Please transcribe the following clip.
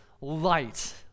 light